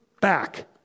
back